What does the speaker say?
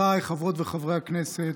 חבריי חברות וחברי הכנסת,